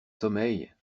sommeil